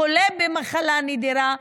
חולה במחלה נדירה,